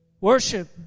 Worship